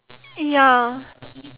ya